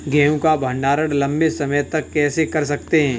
गेहूँ का भण्डारण लंबे समय तक कैसे कर सकते हैं?